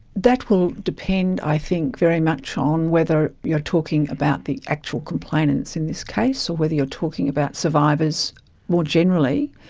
that will depend i think very much on whether you're talking about the actual complainants in this case or whether you're talking about survivors more generally.